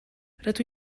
rydw